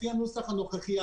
לפי הנוסח הנוכחי,